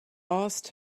asked